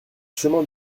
chemin